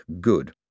good